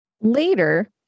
Later